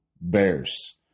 Bears